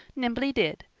nimbly did,